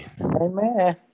Amen